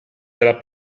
della